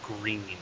green